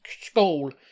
school